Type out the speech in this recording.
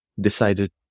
decided